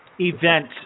event